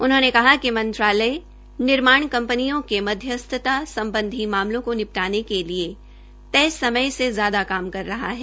उन्होंने कहा कि मंत्रालय निर्माण कंपनियों के मध्यस्ता सम्बधी मामलों को निपटाने के लिए तय समय से ज्यादा काम कर रहा है